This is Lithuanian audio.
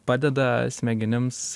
padeda smegenims